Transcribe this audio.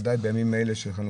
בוודאי בימים האלה של חנוכה,